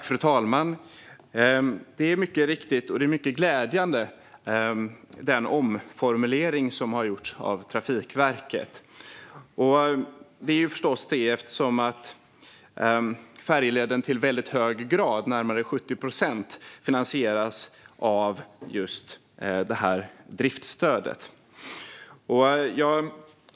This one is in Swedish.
Fru talman! Detta är mycket riktigt. Den omformulering som har gjorts av Trafikverket är mycket glädjande, eftersom färjeleden i väldigt hög grad, till närmare 70 procent, finansieras av just det här driftsstödet.